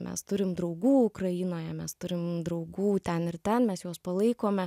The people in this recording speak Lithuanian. mes turim draugų ukrainoje mes turim draugų ten ir ten mes juos palaikome